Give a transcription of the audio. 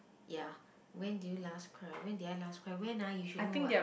ya when did you last cry when did I last cry when ah you should know [what]